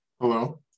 Hello